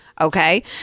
Okay